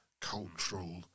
cultural